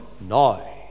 now